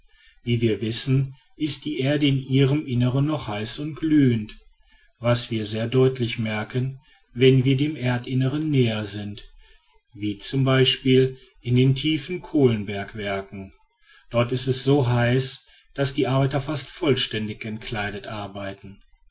wie wir wissen ist die erde in ihrem innern noch heiß und glühend was wir sehr deutlich merken wenn wir dem erdinnern näher sind wie z b in den tiefen kohlenbergwerken dort ist es so heiß daß die arbeiter fast vollständig entkleidet arbeiten